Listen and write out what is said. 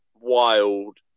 wild